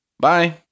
Bye